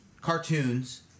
cartoons